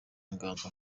inganzo